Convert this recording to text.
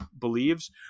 believes